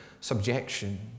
subjection